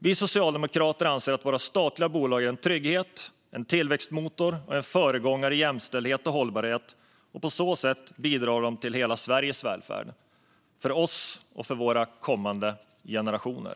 Vi socialdemokrater anser att våra statliga bolag är en trygghet, en tillväxtmotor och en föregångare i jämställdhet och hållbarhet. På så sätt bidrar de till hela Sveriges välfärd, för oss och för kommande generationer.